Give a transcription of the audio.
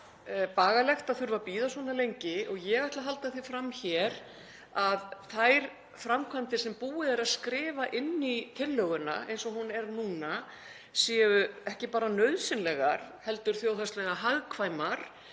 bagalegt að þurfa að bíða svona lengi. Ég ætla að halda því fram hér að þær framkvæmdir sem búið er að skrifa inn í tillöguna eins og hún er núna séu ekki bara nauðsynlegar heldur þjóðhagslega hagkvæmar.